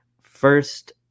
first